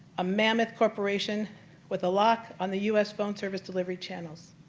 a mammoth corporation with a lot on the u s. phone service delivery channels.